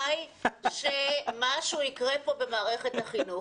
זה הסיכוי בעיניי שמשהו יקרה פה במערכת החינוך,